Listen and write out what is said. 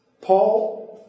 Paul